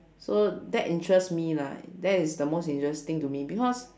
so that interest me lah that is the most interesting to me because